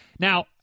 Now